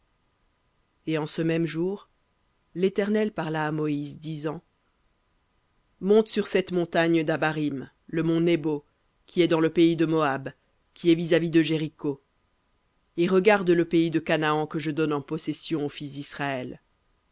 et en ce même jour l'éternel parla à moïse disant monte sur cette montagne d'abarim le mont nebo qui est dans le pays de moab qui est vis-à-vis de jéricho et regarde le pays de canaan que je donne en possession aux fils d'israël